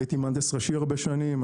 הייתי מהנדס ראשי הרבה שנים,